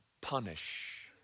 punish